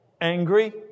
angry